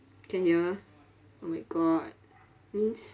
can hear oh my god means